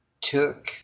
took